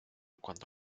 cuando